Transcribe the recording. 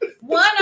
One